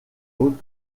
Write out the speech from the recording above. haute